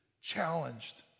challenged